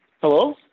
Hello